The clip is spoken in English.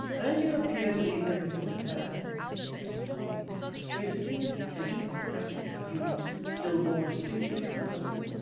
as you appear to leave everything to her said mr dombey, frustrated in his intention of impressing his views still more distinctly on the husband,